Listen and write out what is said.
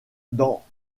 dans